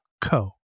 co